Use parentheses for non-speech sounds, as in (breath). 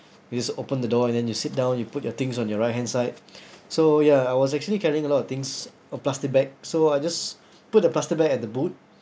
you just open the door and then you sit down you put your things on your right hand side (breath) so ya I was actually carrying a lot of things a plastic bag so I just put the plastic bag at the boot